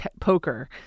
poker